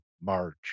march